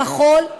אם מחול,